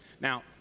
Now